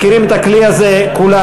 מכירים את הכלי הזה כולנו.